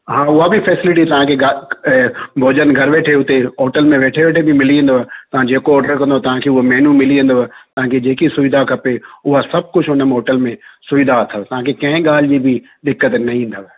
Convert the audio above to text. हा उहा बि फ़ैसिलिटी तव्हांखे भोजन घरु वेठे हुते होटल में वेठे वेठे बि मिली वेंदव तव्हां जेको ऑडर कंदव तव्हांखे उहो मैन्यू मिली वेंदव तव्हांखे जेकी सुविधा खपे उहा सभु कुझु हुन होटल में सुविधा अथव तव्हांखे कंहिं ॻाल्हि जी बि दिक़त न ईंदव